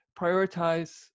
prioritize